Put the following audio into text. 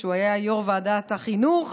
כשהוא היה יושב-ראש ועדת החינוך.